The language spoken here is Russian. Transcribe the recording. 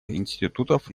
институтов